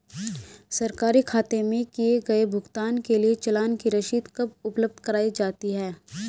सरकारी खाते में किए गए भुगतान के लिए चालान की रसीद कब उपलब्ध कराईं जाती हैं?